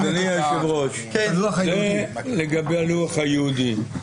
אדוני היושב ראש, זה לגבי הלוח היהודי.